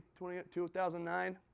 2009